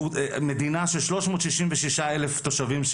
מדינה של 366 אלף תושבים,